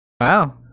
Wow